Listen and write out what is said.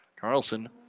Carlson